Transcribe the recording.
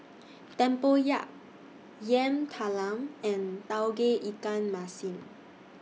Tempoyak Yam Talam and Tauge Ikan Masin